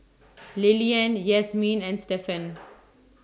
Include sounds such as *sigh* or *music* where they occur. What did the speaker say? *noise* Lillian Yasmeen and Stefan